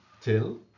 Till